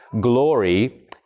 glory